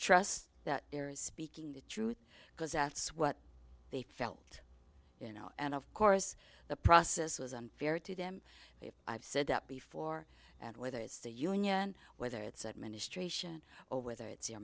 trust that there is speaking the truth because that's what they felt you know and of course the process was unfair to them i've said that before and whether it's the union whether it's administration or whether it's your